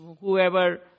whoever